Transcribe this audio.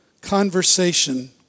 conversation